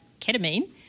ketamine